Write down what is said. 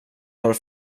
har